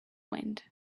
wind